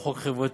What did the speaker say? הוא חוק חברתי,